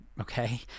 okay